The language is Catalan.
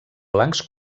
blancs